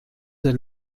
del